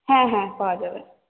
হ্যাঁ হ্যাঁ পাওয়া যাবে